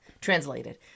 translated